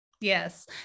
Yes